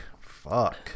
Fuck